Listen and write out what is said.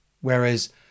Whereas